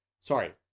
Sorry